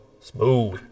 Smooth